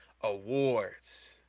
awards